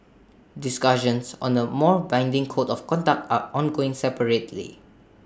discussions on A more binding code of conduct are ongoing separately